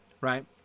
right